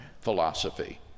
philosophy